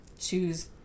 choose